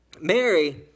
Mary